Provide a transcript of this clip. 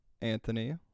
Anthony